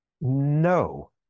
No